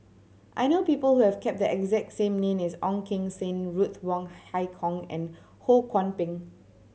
I know people who have cap the exact same name as Ong Keng Sen Ruth Wong Hie King and Ho Kwon Ping